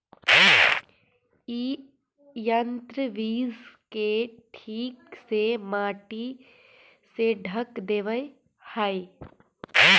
इ यन्त्र बीज के ठीक से मट्टी से ढँक देवऽ हई